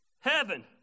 heaven